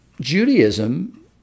Judaism